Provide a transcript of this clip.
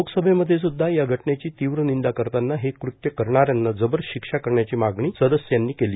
लोकसभेमध्ये सुद्धा या घटनेची तीव्र निंदा करताना हे कृत्य करणाऱ्यांना जबर शिक्षा करण्याची मागणी केली